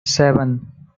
seven